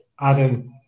Adam